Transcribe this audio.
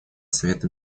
совета